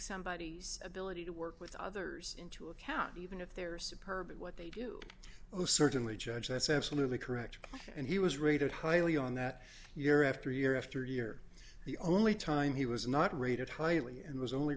somebody's ability to work with others into account even if they're surprised at what they do oh certainly judge that's absolutely correct and he was rated highly on that year after year after year the only time he was not rated highly and was only